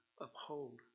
uphold